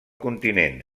continent